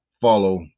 follow